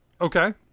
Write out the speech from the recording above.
Okay